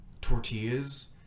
tortillas